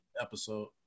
episode